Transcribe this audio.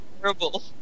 terrible